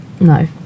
No